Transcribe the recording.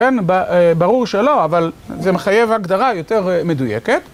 כן, ברור שלא, אבל זה מחייב הגדרה יותר מדויקת.